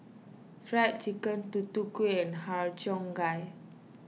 Fried Chicken Tutu Kueh and Har Cheong Gai